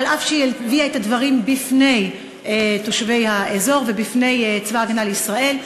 אף שהיא הביאה את הדברים בפני תושבי האזור ובפני צבא הגנה לישראל,